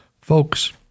Folks